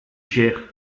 chers